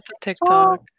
TikTok